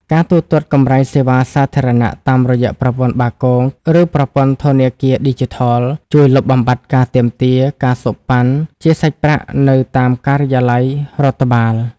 ការទូទាត់កម្រៃសេវាសាធារណៈតាមរយៈ ប្រព័ន្ធបាគង ឬប្រព័ន្ធធនាគារឌីជីថល ជួយលុបបំបាត់ការទាមទារ ការសូកប៉ាន់ ជាសាច់ប្រាក់នៅតាមការិយាល័យរដ្ឋបាល។